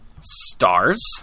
Stars